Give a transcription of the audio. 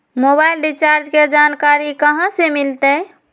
Mobile recharge के जानकारी कहा से मिलतै?